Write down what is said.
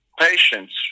patience